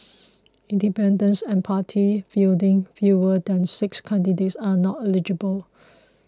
independents and party fielding fewer than six candidates are not eligible